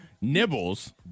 Nibbles